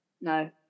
No